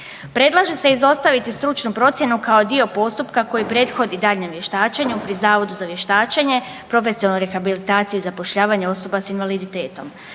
Predlaže se izostaviti stručnu procjenu kao dio postupka koji prethodi daljnjem vještačenju pri Zavodu za vještačenje, profesionalnu rehabilitaciju i zapošljavanje osoba s invaliditetom.